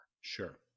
Sure